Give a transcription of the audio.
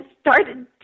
started